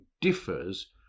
differs